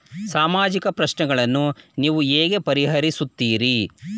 ಸಾಮಾಜಿಕ ಪ್ರಶ್ನೆಗಳನ್ನು ನೀವು ಹೇಗೆ ಪರಿಹರಿಸುತ್ತೀರಿ?